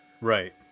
Right